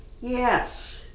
Yes